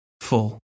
full